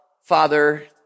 Father